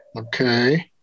Okay